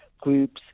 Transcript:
groups